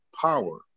power